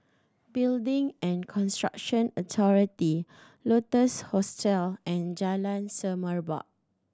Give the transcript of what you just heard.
Building and Construction Authority Lotus Hostel and Jalan Semerbak